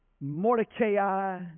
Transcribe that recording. Mordecai